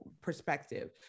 perspective